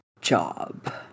job